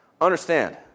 Understand